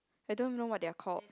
I don't even know what they're called